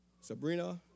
Sabrina